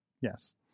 Yes